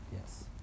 Yes